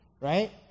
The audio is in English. right